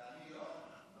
ואני לא?